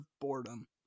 boredom